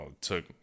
took